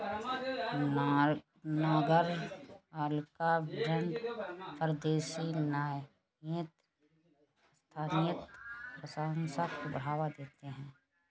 नगरपालिका बॉन्ड पारदर्शी स्थानीय प्रशासन को बढ़ावा देते हैं